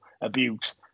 abuse